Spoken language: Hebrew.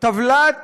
טבלת